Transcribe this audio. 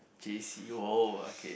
j_c oh okay